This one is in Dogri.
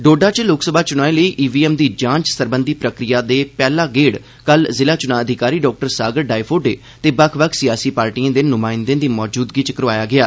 डोडा च लोकसभा चुनाएं लेई ईवीएम दी जांच सरबंधी प्रक्रिया दा पैहले गेड़ कल जिला चुनां अधिकारी डाक्टर सागर डायफोडे ते बक्ख बक्ख सियासी पार्टिएं दे नुमाइंदें दी मौजूदगी च लोआया गेआ